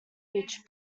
each